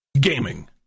Gaming